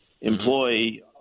employee